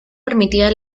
permitía